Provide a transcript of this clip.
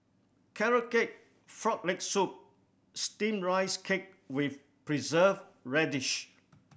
Carrot Cake Frog Leg Soup Steamed Rice Cake with Preserved Radish